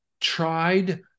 tried